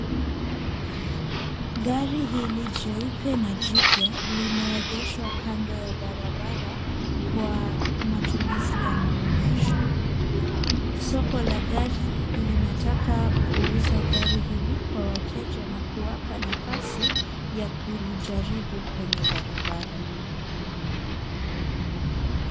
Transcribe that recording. Gari hili jeupe na jipya limeengeshwa kando ya barabara kwa matumizi ya maonyesho. Soko la gari linataka kuuza gari hili kwa wateja na kuwapa nafasi, ya kulijaribu kwenye barabara.